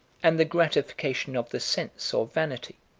and the gratification of the sense or vanity.